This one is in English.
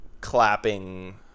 clapping